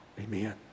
Amen